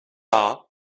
are